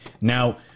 Now